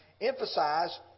emphasize